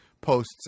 posts